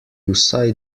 vsaj